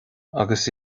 agus